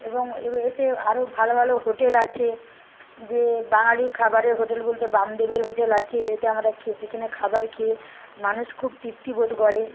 এবং এতে আরো ভালো ভালো হোটেল আছে যে বাঙালি খাবারের হোটেল বলতে বাম দেবের হোটেল আছে এটা আমরা সেখানে খাবার খেয়ে মানুষ খুব তৃপ্তিবোধ করে